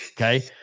Okay